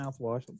mouthwash